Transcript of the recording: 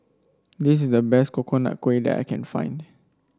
this is the best Coconut Kuih that I can find